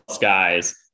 guys